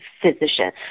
physician